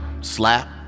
slap